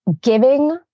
giving